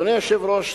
אדוני היושב-ראש,